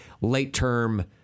late-term